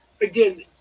again